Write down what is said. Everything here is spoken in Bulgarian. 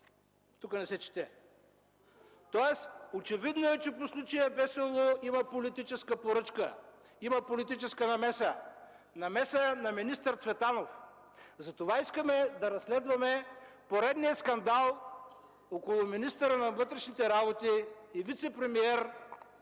тук не се чете. Тоест очевидно е, че по случая „Бесоолу” има политическа поръчка, има политическа намеса, намеса на министър Цветанов. Затова искаме да разследваме поредния скандал около министъра на вътрешните работи и вицепремиер